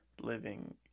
living